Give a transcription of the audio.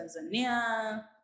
Tanzania